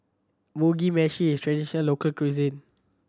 Mugi Meshi is traditional local cuisine